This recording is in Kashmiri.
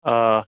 آ